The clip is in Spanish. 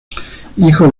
hijo